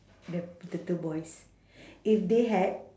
the the two boys if they had